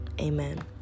amen